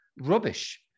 rubbish